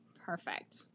Perfect